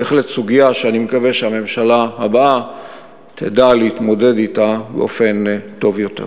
בהחלט סוגיה שאני מקווה שהממשלה הבאה תדע להתמודד אתה באופן טוב יותר.